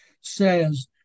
says